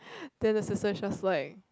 then the sister is just like